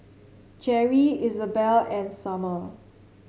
Jerri Izabelle and Sommer